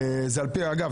אגב,